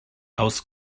aus